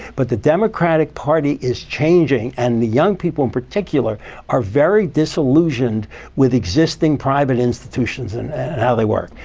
but the democratic party is changing, and the young people in particular are very disillusioned with existing private institutions, and how they work.